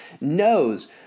knows